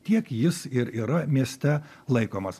tiek jis ir yra mieste laikomas